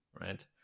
right